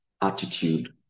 attitude